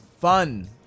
Fun